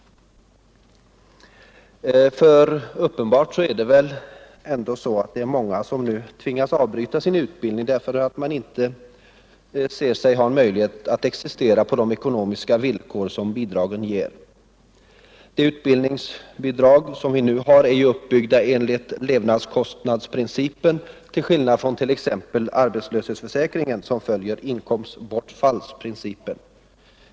Det är uppenbart att många nu tvingas avbryta sin utbildning därför att man inte ser sig ha möjlighet att existera på de ekonomiska villkor som bidragen ger. De utbildningsbidrag som vi nu har är ju uppbyggda enligt levnadskostnadsprincipen till skillnad från t.ex. arbetslöshetsförsäkringen som följer inkomstbortfallsprincipen.